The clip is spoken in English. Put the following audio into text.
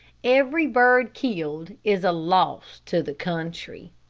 every bird killed is a loss to the country.